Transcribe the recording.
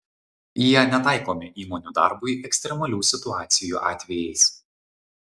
jie netaikomi įmonių darbui ekstremalių situacijų atvejais